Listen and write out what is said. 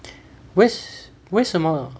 为为什么